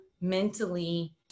mentally